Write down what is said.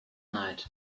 night